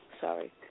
Sorry